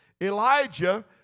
Elijah